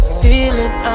feeling